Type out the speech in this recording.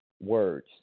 words